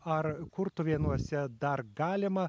ar kurtuvėnuose dar galima